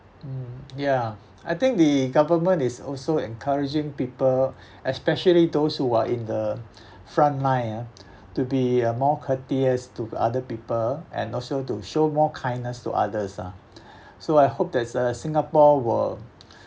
mm ya I think the government is also encouraging people especially those who are in the front line ah to be uh more courteous to other people and also to show more kindness to others ah so I hope that uh singapore will